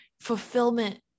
fulfillment